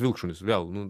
vilkšunis vėl nu